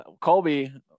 colby